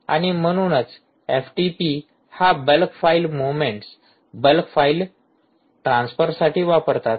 आणि म्हणूनच एफटीपी हा बल्क फाइलमोमेंट्स बल्क फाइल ट्रान्सफरसाठी वापरतात